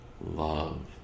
love